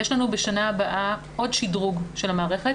יש לנו בשנה הבאה עוד שדרוג של המערכת.